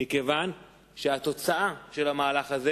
מכיוון שהתוצאה של המהלך הזה